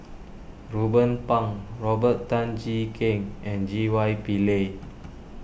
Ruben Pang Robert Tan Jee Keng and J Y Pillay